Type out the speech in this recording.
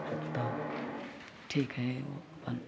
तऽ ठीक हइ अपन